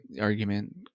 argument